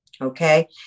Okay